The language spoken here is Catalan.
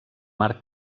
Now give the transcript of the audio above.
mar